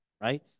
Right